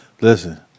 Listen